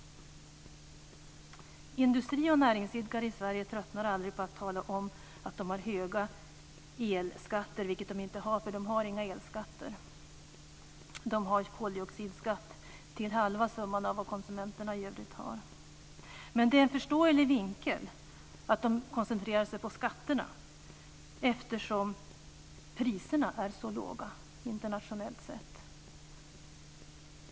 Industri och näringsidkare i Sverige tröttnar aldrig på att tala om att de har höga elskatter - vilket de inte har, för de har inga elskatter. De har en koldioxidskatt till halva summan av vad konsumenterna i övrigt har. Det är en förståelig vinkel att de koncentrerar sig på skatterna eftersom priserna internationellt sett är så låga.